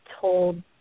told